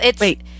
Wait